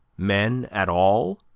men at all?